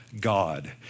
God